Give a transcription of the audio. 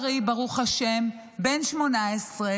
בריא ברוך השם, בן 18,